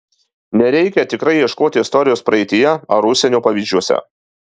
nereikia tikrai ieškoti istorijos praeityje ar užsienio pavyzdžiuose